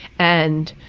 and